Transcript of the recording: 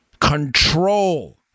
control